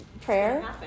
prayer